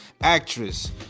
actress